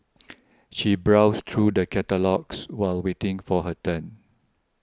she browsed through the catalogues while waiting for her turn